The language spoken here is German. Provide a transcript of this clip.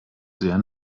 sehr